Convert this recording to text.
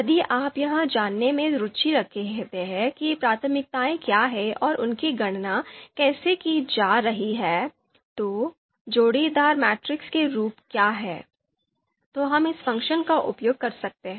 यदि आप यह जानने में रुचि रखते हैं कि प्राथमिकताएं क्या हैं और उनकी गणना कैसे की जा रही है तो जोड़ीदार मैट्रिक्स के रूप क्या हैं तो हम इस फ़ंक्शन का उपयोग कर सकते हैं